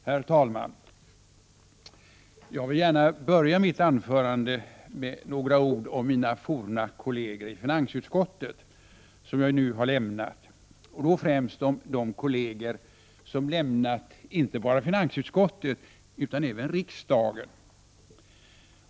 Herr talman! Jag vill gärna börja mitt anförande med några ord om mina forna kolleger i finansutskottet, som jag nu har lämnat, och då främst om de kolleger som lämnat inte bara finansutskottet utan även riksdagen.